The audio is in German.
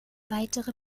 weitere